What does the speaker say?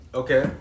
okay